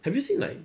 have you seen like